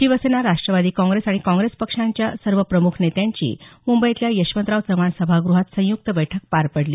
Shiv Sena Rashtravadi Congress आणि Congress पक्षांच्या सर्व प्रमुख नेत्यांची मुंबईतल्या यशवंतराव चव्हाण सभागृहात संयुक्त बैठक पार पडली